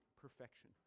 perfection